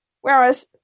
Whereas